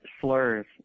slurs